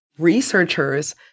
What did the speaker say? researchers